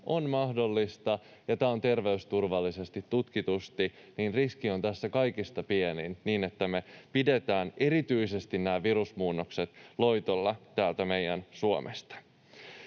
on mahdollista. Terveysturvallisesti, tutkitusti, riski on tässä kaikista pienin niin, että me pidetään erityisesti nämä virusmuunnokset loitolla täältä meidän Suomestamme.